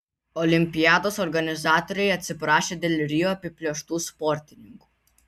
olimpiados organizatoriai atsiprašė dėl rio apiplėštų sportininkų